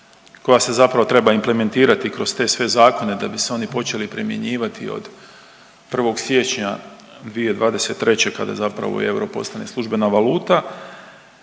koja se zapravo treba implementirati kroz te sve zakone da bi se oni počeli primjenjivati od 1. siječnja 2023. kada zapravo euro postane službena valuta.